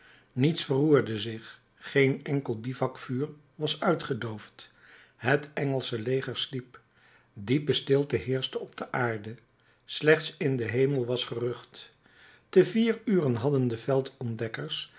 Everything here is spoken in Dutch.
niets verroerde zich geen enkel bivouakvuur was uitgedoofd het engelsche leger sliep diepe stilte heerschte op de aarde slechts in den hemel was gerucht te vier uren hadden de